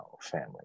family